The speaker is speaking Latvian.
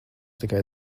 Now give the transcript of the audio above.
tikai